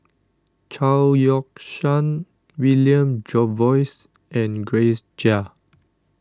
Chao Yoke San William Jervois and Grace Chia